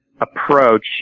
approach